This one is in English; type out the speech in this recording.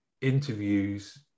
interviews